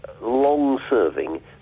long-serving